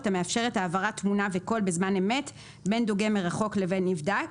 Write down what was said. המאפשרת העברת תמונה וקול בזמן אמת בין דוגם מרחוק לבין נבדק.